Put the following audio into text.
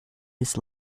his